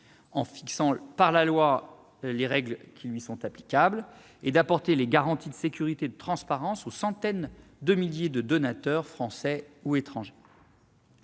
en fixant par la loi les règles qui lui sont applicables, et d'apporter des garanties de sécurité et de transparence aux centaines de milliers de donateurs, Français ou étrangers.